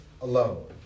alone